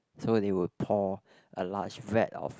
so they would pour a large vat of